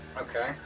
Okay